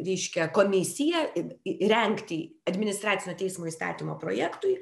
reiškia komisija i i rengti administracinio teismų įstatymo projektui